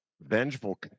vengeful